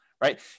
right